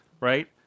Right